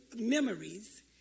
memories